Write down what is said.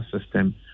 system